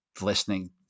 listening